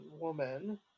woman